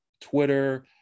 Twitter